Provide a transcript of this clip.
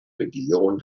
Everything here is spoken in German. region